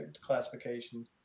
classification